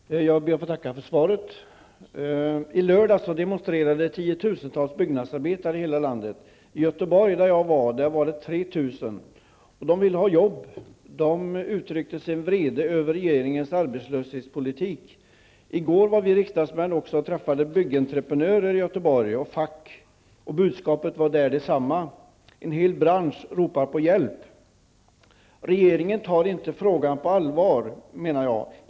Fru talman! Jag ber att få tacka för svaret. I lördags demonstrerade tiotusentals byggnadsarbetare i hela landet. I Göteborg, där jag var, demonstrerade 3 000. De ville ha jobb, och de uttryckte sin vrede över regeringens arbetslöshetspolitik. I går var vi några riksdagsmän som träffade byggentreprenörer och fack i Göteborg, och budskapet där var detsamma: En hel bransch ropar på hjälp. Regeringen tar inte frågan på allvar.